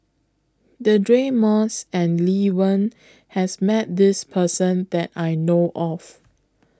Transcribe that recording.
Deirdre Moss and Lee Wen has Met This Person that I know of